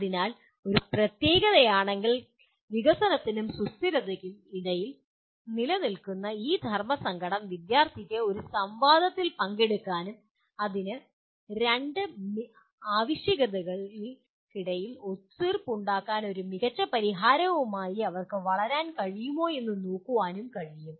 അതിനാൽ ഒരു പ്രത്യേകതയാണെങ്കിൽ വികസനത്തിനും സുസ്ഥിരതയ്ക്കും ഇടയിൽ നിലനിൽക്കുന്ന ഈ ധർമ്മസങ്കടം വിദ്യാർത്ഥികൾക്ക് ഒരു സംവാദത്തിൽ പങ്കെടുക്കാനും അതിന് രണ്ട് ആവശ്യകതകൾക്കിടയിൽ ഒത്തുതീർപ്പ് ഉണ്ടാക്കുന്ന ഒരു മികച്ച പരിഹാരവുമായി അവർക്ക് വരാൻ കഴിയുമോ എന്ന് നോക്കാനും കഴിയും